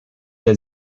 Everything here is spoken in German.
der